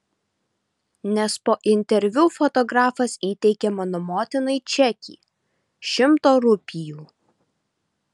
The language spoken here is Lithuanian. nes po interviu fotografas įteikė mano motinai čekį šimto rupijų